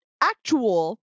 actual